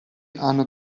hanno